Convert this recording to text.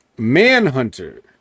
manhunter